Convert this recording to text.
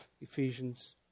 Ephesians